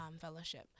fellowship